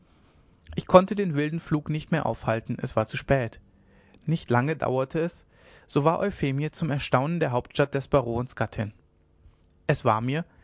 ich konnte den wilden flug nicht mehr aufhalten es war zu spät nicht lange dauerte es so war euphemie zum erstaunen der hauptstadt des barons gattin es war mir